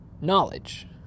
knowledge